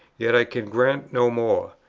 yet i can grant no more.